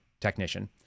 technician